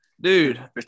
Dude